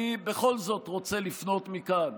אני בכל זאת רוצה לפנות מכאן